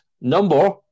number